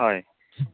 हय